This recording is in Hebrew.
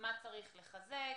מה צריך לחזק,